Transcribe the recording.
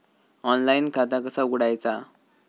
Online खाता कसा उघडायचा?